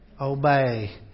obey